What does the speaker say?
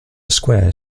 square